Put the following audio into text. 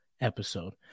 episode